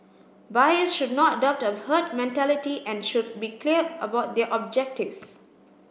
buyers should not adopt a herd mentality and should be clear about their objectives